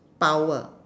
power